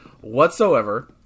whatsoever